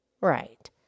Right